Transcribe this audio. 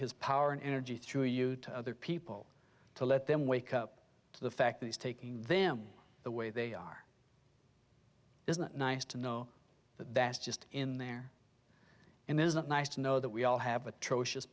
his power and energy through you to other people to let them wake up to the fact that he's taking them the way they are isn't nice to know that's just in there and there's not nice to know that we all have atrocious